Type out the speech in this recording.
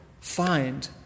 Find